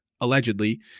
allegedly